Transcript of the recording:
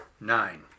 Nine